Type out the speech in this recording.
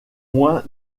moins